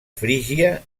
frígia